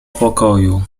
pokoju